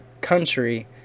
country